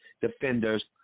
defenders